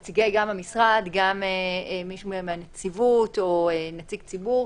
גם נציגי המשרד וגם נציג מהנציבות או נציג ציבור.